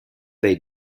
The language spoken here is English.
they